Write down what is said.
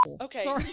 Okay